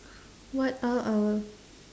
what are our